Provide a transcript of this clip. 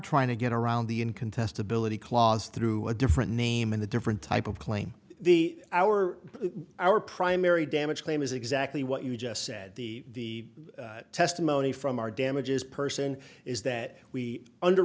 trying to get around the in contestability clause through a different name and the different type of claim the our our primary damage claim is exactly what you just said the testimony from our damages person is that we under